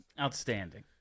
Outstanding